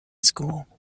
school